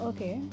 Okay